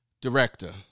director